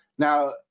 Now